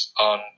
on